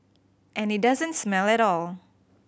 and it doesn't smell at all